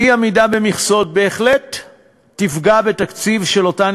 אי-עמידה במכסות בהחלט תפגע בתקציב של אותן